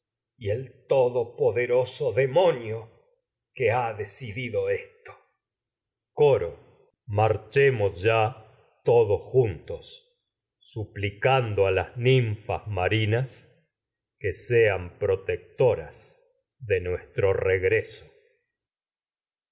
y el todopoderoso demonio que ha decidi do coro marchemos ya todos juntos suplicando a las ninfas marinas que sean protectoras de nuestro regreso